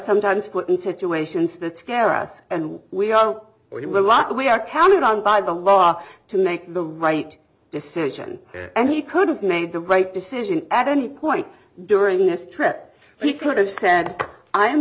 sometimes put in situations that scare us and we are we have a lot we are counted on by the law to make the right decision and he could've made the right decision at any point during this trip he could have said i